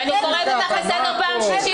אני קוראת אותך לסדר פעם שלישית.